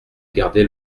gardé